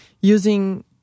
using